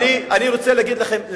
דוד, אני סומך על ההגינות שלך.